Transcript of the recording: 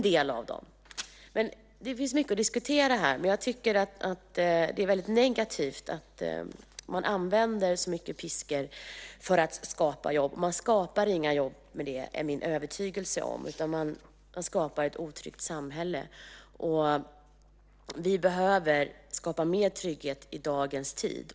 Här finns mycket att diskutera, och jag tycker att det är negativt att använda piskan så mycket för att skapa jobb. Det är min övertygelse att man inte skapar några jobb på det sättet. Man skapar ett otryggt samhälle. Vi behöver skapa mer trygghet i dagens samhälle.